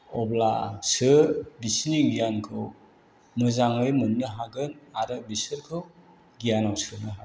अब्लासो बिसोरनि गियानखौ मोजाङै मोननो हागोन आरो बिसोरखौ गियानाव सोनो हागोन